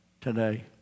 today